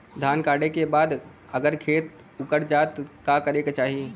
धान कांटेके बाद अगर खेत उकर जात का करे के चाही?